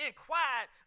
Inquired